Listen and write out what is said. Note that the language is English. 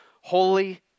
holy